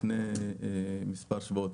לפני מספר שבועות.